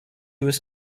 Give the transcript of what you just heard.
was